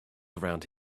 around